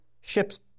ships